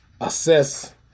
assess